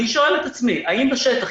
אני שואל את עצמי: האם בשטח,